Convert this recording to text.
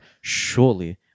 Surely